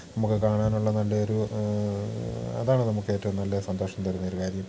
നമുക്ക് കാണാനുള്ള നല്ല ഒരു അതാണ് നമുക്കേറ്റവും നല്ല സന്തോഷം തരുന്നൊരു കാര്യം